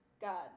God